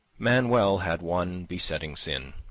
manuel had one besetting sin.